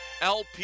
LP